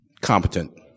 competent